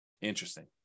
Interesting